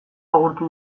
agurtu